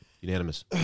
Unanimous